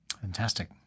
fantastic